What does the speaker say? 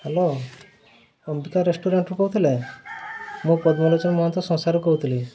hello Ambika ରେଷ୍ଟୁରାଣ୍ଟରୁ କହୁଥିଲେ ମୁଁ ପଦ୍ମଲୋଚନ ମହନ୍ତ ଶସାରୁ କହୁଥିଲି